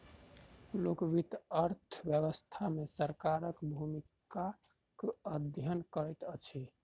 लोक वित्त अर्थ व्यवस्था मे सरकारक भूमिकाक अध्ययन करैत अछि